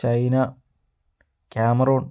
China Cameron